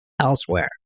elsewhere